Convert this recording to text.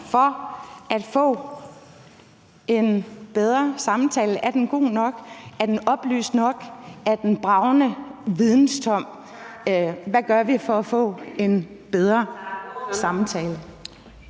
for at få en bedre samtale? Er den god nok, er den oplyst nok, er den bragende videnstom? Hvad gør vi for at få en bedre samtale?